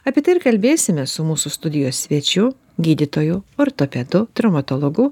apie tai ir kalbėsime su mūsų studijos svečiu gydytoju ortopedu traumatologu